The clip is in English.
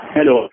Hello